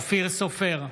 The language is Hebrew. אופיר סופר,